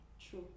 True